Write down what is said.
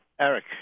Eric